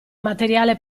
materiale